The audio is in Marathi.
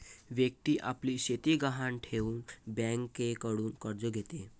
व्यक्ती आपली शेती गहाण ठेवून बँकेकडून कर्ज घेते